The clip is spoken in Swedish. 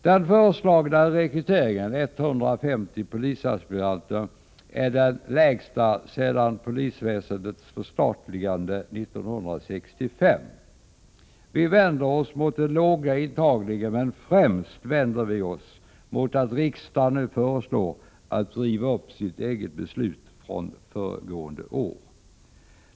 Den föreslagna rekryteringen — 150 polisaspiranter — är den lägsta sedan polisväsendets förstatligande 1965. Vi vänder oss mot den låga intagningen, men främst vänder vi oss mot att riksdagen nu föreslås riva upp sitt eget beslut från föregående år.